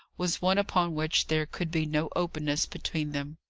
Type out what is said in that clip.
was one upon which there could be no openness between them.